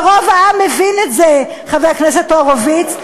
ורוב העם מבין את זה, חבר הכנסת הורוביץ.